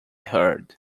heard